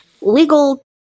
legal